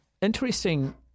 Interesting